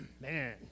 Man